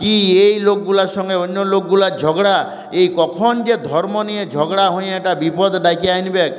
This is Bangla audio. কী এই লোকগুলোর সঙ্গে অন্য লোকগুলোর ঝগড়া এ কখন যে ধর্ম নিয়ে ঝগড়া হয়ে একটা বিপদ ডেকে আনবে